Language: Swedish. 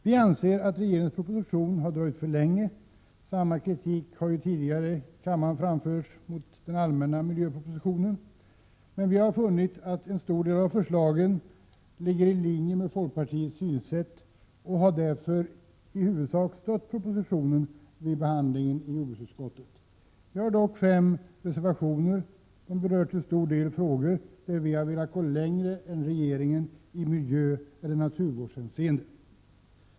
Vi anser att regeringens proposition har dröjt för länge — samma kritik har ju tidigare i kammaren framförts mot den allmänna miljöpropositionen — men vi har funnit att en stor del av förslagen ligger i linje med folkpartiets synsätt och har därför i huvudsak stött propositionen vid behandlingen i jordbruksutskottet. Vi har dock fogat fem reservationer till betänkandet, vilka till stor del berör frågor där vi har velat gå längre än regeringen i miljöeller naturvårdshänseende.